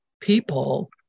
people